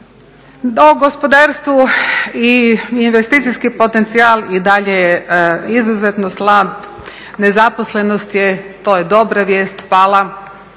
O gospodarstvu i investicijski potencijal je i dalje izuzetno slab. Nezaposlenost je to je dobra vijest pala,